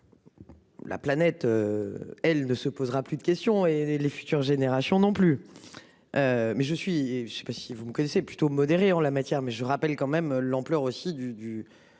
La planète. Elle ne se posera plus de questions. Et les les futures générations non plus. Mais je suis et je sais pas si vous me connaissez plutôt modéré en la matière mais je rappelle quand même l'ampleur aussi du